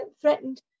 threatened